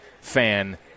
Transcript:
fan